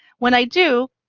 when i do,